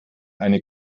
eine